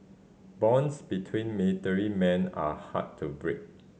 bonds between military men are hard to break